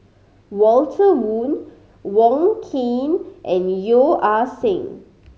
Walter Woon Wong Keen and Yeo Ah Seng